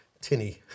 tinny